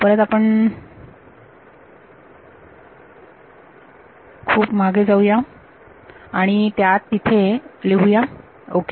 परत आपण खूप मागे जाऊया आणि त्यात तिथे लिहूया ओके